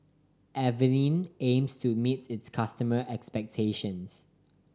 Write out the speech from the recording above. Avene aims to meet its customers' expectations